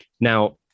Now